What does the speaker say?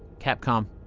capcom